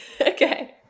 Okay